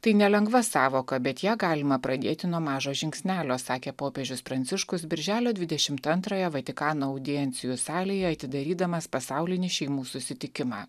tai nelengva sąvoka bet ją galima pradėti nuo mažo žingsnelio sakė popiežius pranciškus birželio dvidešimt antrąją vatikano audiencijų salėje atidarydamas pasaulinį šeimų susitikimą